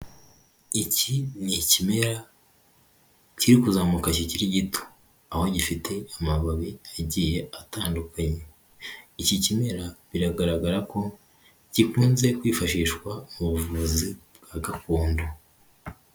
Iki ni ikimera kiri kuzamuka kikiri gito, aho gifite amababi agiye atandukanye, iki kimera biragaragara ko gikunze kwifashishwa mu buvuzi bwa gakondo.